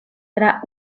tra